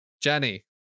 Jenny